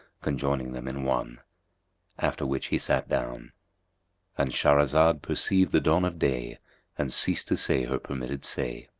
conjoining them in one after which he sat down and shahrazad perceived the dawn of day and ceased to say her permitted say.